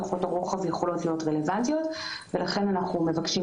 מי רוצה